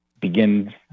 begin